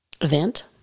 event